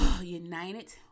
United